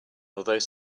although